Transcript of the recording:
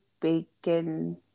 bacon